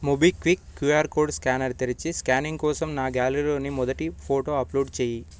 MobiKwik QR code scanner తెరచి scanning కోసం నా గ్యాలరీలోని మొదటి ఫోటో అప్లోడ్ చేయి